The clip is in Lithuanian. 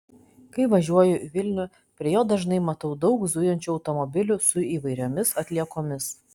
kai važiuoju į vilnių prie jo dažnai matau daug zujančių automobilių su įvairiomis atliekomis